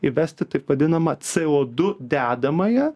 įvesti taip vadinamą c o du dedamąją